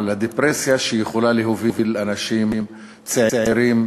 על הדיפרסיה שיכולה להוביל אנשים צעירים